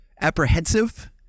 apprehensive